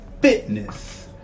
fitness